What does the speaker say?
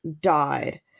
died